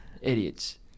Idiots